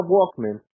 Walkman